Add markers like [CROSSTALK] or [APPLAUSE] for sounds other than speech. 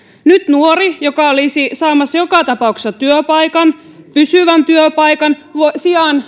nyt nuori joka olisi saamassa joka tapauksessa työpaikan voi saada pysyvän työpaikan sijaan [UNINTELLIGIBLE]